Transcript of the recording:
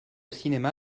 cinéma